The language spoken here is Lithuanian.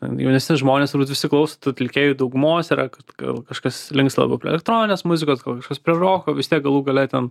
ten jaunesni žmonės turbūt visi klauso tų atlikėjų daugumos yra kad gal kažkas linksta labiau prie elektroninės muzikos gal kažkas prie roko vis tiek galų gale ten